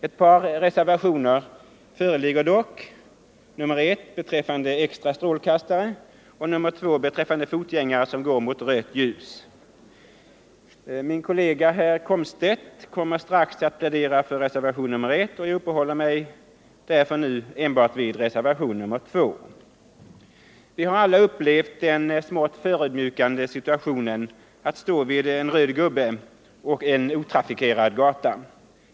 Ett par reservationer föreligger dock: nr 1 beträffande extra strålkastare, nr 2 beträffande fotgängare som går mot rött ljus. Min kollega herr Komstedt kommer strax att plädera för reservationen 1, och jag uppehåller mig därför nu enbart vid reservationen 2. Vi har alla upplevt den smått förödmjukande situationen att stå vid en röd gubbe på en otrafikerad gata.